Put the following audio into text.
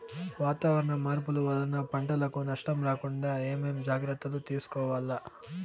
వాతావరణ మార్పులు వలన పంటలకు నష్టం రాకుండా ఏమేం జాగ్రత్తలు తీసుకోవల్ల?